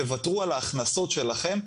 תוותרו על ההכנסות שלכם,